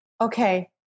Okay